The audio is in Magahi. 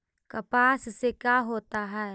कपास से का होता है?